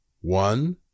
One